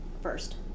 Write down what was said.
first